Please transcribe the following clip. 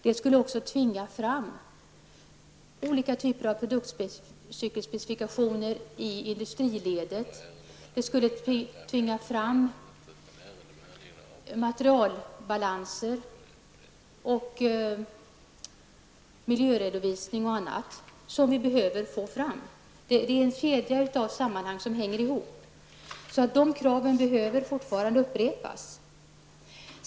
Det skulle också tvinga fram olika typer av produktspecifikationer i industriledet. Det skulle tvinga fram materialbalanser och miljöredovisningar osv. Det är en kedja av sammanhang som hänger ihop. De kraven behöver fortfarande upprepas.